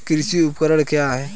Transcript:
कृषि उपकरण क्या है?